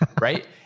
right